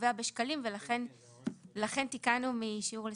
קובע בשקלים ולכן תיקנו משיעור לסכום.